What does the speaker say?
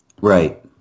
Right